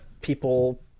people